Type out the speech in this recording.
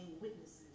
witnesses